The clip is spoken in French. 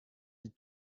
dit